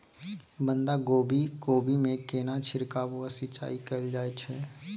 बंधागोभी कोबी मे केना छिरकाव व सिंचाई कैल जाय छै?